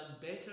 better